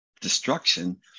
destruction